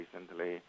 recently